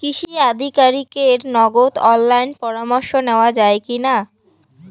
কৃষি আধিকারিকের নগদ অনলাইন পরামর্শ নেওয়া যায় কি না?